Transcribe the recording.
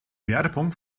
werbung